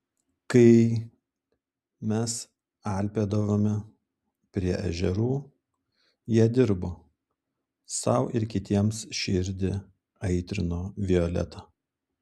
kai mes alpėdavome prie ežerų jie dirbo sau ir kitiems širdį aitrino violeta